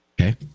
Okay